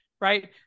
right